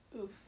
Oof